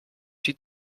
die